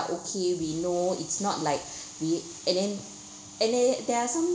okay we know it's not like we and then and then there are some